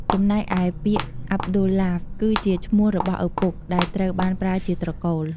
ចំណែកឯពាក្យអាប់ឌុលឡាហ្វ គឺជាឈ្មោះរបស់ឪពុក ដែលត្រូវបានប្រើជាត្រកូល។